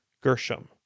Gershom